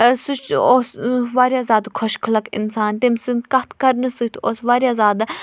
سُہ چھِ اوس واریاہ زیادٕ خۄش خلق اِنسان تٔمۍ سٕنٛدۍ کَتھ کَرنہٕ سۭتۍ اوس واریاہ زیادٕ